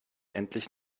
endlich